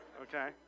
Okay